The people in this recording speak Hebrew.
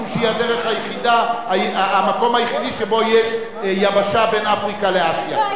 משום שהיא המקום היחידי שבו תהיה יבשה בין אפריקה לאסיה.